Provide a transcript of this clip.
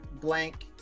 blank